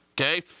okay